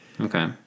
okay